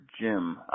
Jim